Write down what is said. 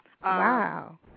Wow